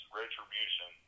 retribution